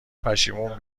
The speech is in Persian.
پشیمون